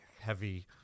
heavy